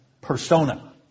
persona